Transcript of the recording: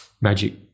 magic –